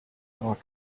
are